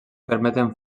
permeten